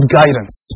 guidance